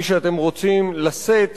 מי שאתם רוצים לשאת